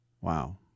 Wow